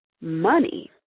money